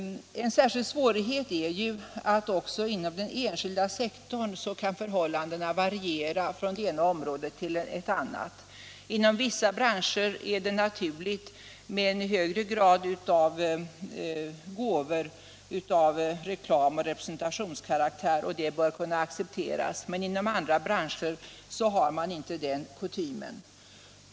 En särskild svårighet är att förhållandena även inom den enskilda sektorn kan variera från ett område till ett annat. Inom vissa branscher är det naturligt med gåvor av reklamoch representationskaraktär, och det bör kunna accepteras. I andra branscher däremot har man inte den kutymen.